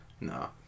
No